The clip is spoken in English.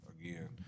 Again